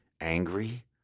angry